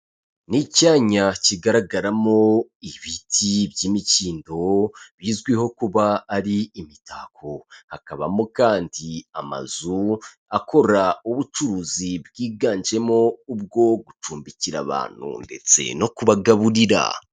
Ni icyanya kigaragaramo ibiti by'imikindo bizwiho kuba ari imitako, hakabamo kandi amazu akora ubucuruzi bwiganjemo ubwo gucumbikira abantu ndetse no kubagaburira.